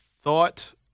thought